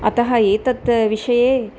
अतः एतत् विषये